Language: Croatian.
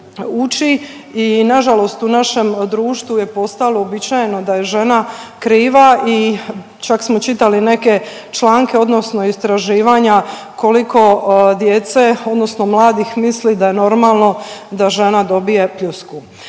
uči i na žalost u našem društvu je postalo uobičajeno da je žena kriva i čak smo čitali neke članke odnosno istraživanja koliko djece odnosno mladih misli da je normalno da žena dobije pljusku.